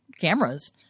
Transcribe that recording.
cameras